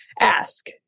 ask